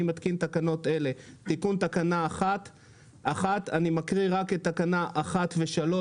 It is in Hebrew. אני מתקין תקנות אלה: אני מקריא רק את תקנה (1) ו-(3),